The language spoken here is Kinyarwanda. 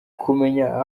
kumenya